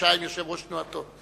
פגישה עם יושב-ראש תנועתו.